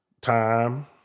time